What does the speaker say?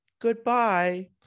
goodbye